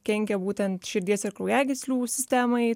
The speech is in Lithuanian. kenkia būtent širdies ir kraujagyslių sistemai